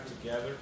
together